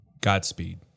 Godspeed